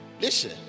Listen